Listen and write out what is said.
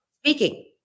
speaking